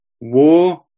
War